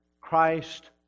Christ